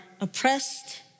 oppressed